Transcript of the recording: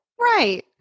Right